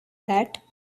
that